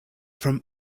from